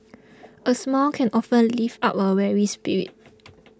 a smile can often lift up a weary spirit